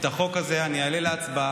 את החוק הזה אני אעלה להצבעה,